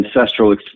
ancestral